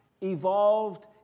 evolved